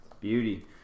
beauty